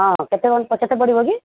ହଁ କେତେ ପଡ଼ିବ କି